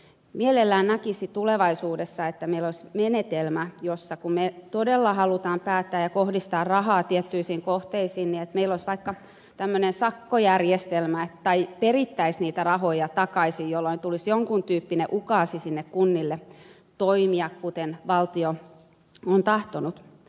mielellään näkisi tulevaisuudessa että meillä olisi menetelmä kun me todella haluamme päättää ja kohdistaa rahaa tiettyihin kohteisiin meillä olisi vaikka tämmöinen sakkojärjestelmä tai perittäisiin niitä rahoja takaisin jolloin tulisi jonkun tyyppinen ukaasi sinne kunnille toimia kuten valtio on tahtonut